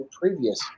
previous